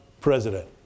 President